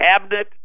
cabinet